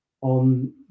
On